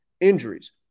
injuries